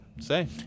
say